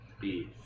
beef